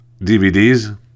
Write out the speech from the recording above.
DVDs